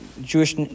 Jewish